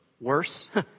worse